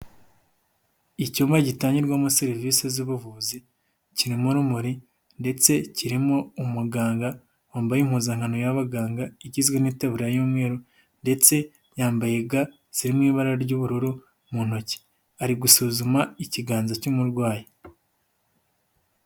Icyumba gitangirwamo serivisi z'ubuvuzi kirimo urumuri ndetse kirimo umuganga wambaye impuzankano y'ababaganga igizwe n'itaburiya y'umweru, ndetse yambaye ga zirimo ibara ry'ubururu mu ntoki ari gusuzuma ikiganza cy'umurwayi.